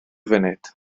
funud